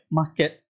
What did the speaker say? market